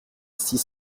six